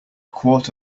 quart